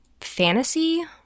fantasy